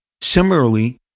similarly